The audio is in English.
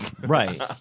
Right